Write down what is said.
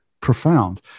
profound